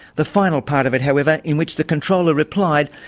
the final part of it, however, in which the controller replied,